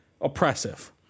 oppressive